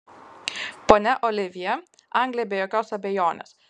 ponia olivjė anglė be jokios abejonės